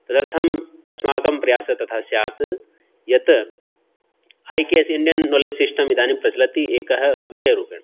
तदर्थम् अस्माकं प्रयासः तथा स्यात् यत् I K S Indian knowledge system इदानीं प्रचलति एकः विषयरूपेण